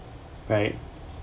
right